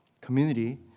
community